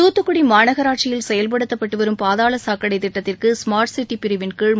தூத்துக்குடி மாநகராட்சியில் செயல்படுத்தப்பட்டு வரும் பாதாள சாக்கடை திட்டத்திற்கு ஸ்மார்ட் சிட்டி பிரிவின்கீழ்